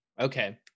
Okay